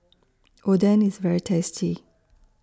Oden IS very tasty